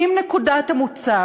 אם נקודת המוצא